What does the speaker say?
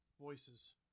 Voices